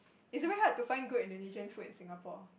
it's very hard to find good Indonesian food in Singapore